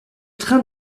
train